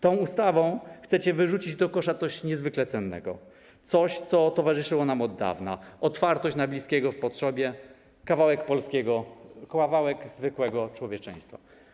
Tą ustawą chcecie wyrzucić do kosza coś niezwykle cennego, coś, co towarzyszyło nam od dawna, otwartość na bliskiego w potrzebie, kawałek zwykłego człowieczeństwa.